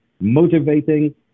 motivating